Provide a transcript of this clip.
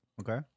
okay